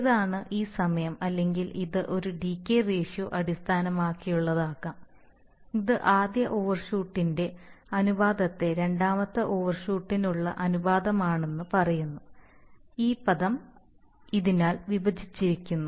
ഏതാണ് ഈ സമയം അല്ലെങ്കിൽ ഇത് ഒരു ഡികെയ് റേഷ്യോ അടിസ്ഥാനമാക്കിയുള്ളതാകാം ഇത് ആദ്യ ഓവർഷൂട്ടിന്റെ അനുപാതത്തെ രണ്ടാമത്തെ ഓവർഷൂട്ടിനുള്ള അനുപാതമാണെന്ന് പറയുന്നു ഈ പദം ഇതിനാൽ വിഭജിച്ചിരിക്കുന്നു